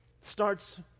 starts